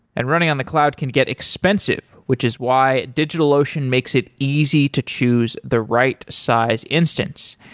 and running on the cloud can get expensive, which is why digitalocean makes it easy to choose the right size instance.